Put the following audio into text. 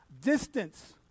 distance